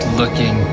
looking